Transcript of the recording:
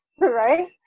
right